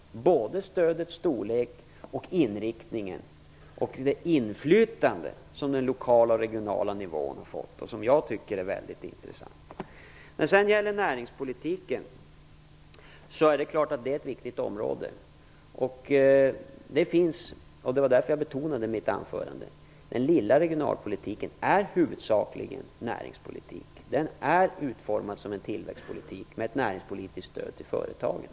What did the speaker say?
Jag tänker både på stödets storlek och inriktning och på det inflytande som de lokala och regionala nivåerna fått och som jag tycker är väldigt intressant. Näringspolitiken är ett viktigt område. Den lilla regionalpolitiken är huvudsakligen näringspolitik. Det var därför jag betonade vikten av den i mitt huvudanförande. Den är utformad som utformad som en tillväxtpolitik, med ett näringspolitiskt stöd till företagen.